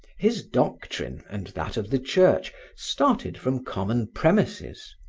his doctrine and that of the church started from common premises.